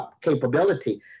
capability